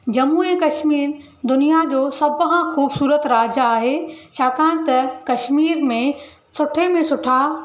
जम्मू ऐं कश्मीर दुनिया जो सभ खां ख़ूबसूरत राज्य आहे छाकाणि त कश्मीर में सुठे में सुठा